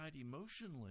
emotionally